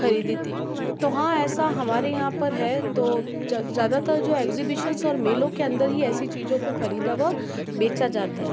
ख़रीदी थी तो हाँ ऐसा हमारे यहाँ पर है तो ज़्यादातर जो एग्जीबिशन्स और मेलों के अंदर ही ऐसी चीज़ों को ख़रीदा व बेचा जाता है